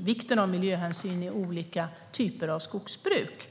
vikten av miljöhänsyn i olika typer av skogsbruk.